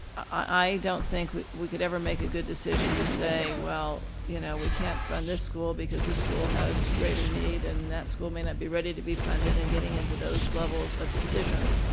i don't think we could ever make a good decision to say, well, you know, we can't fund this school because this school has greater need and that school may not be ready to be funded and getting into those levels of decisions.